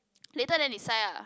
later then decide lah